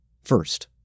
first